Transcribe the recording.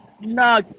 no